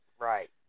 Right